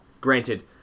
Granted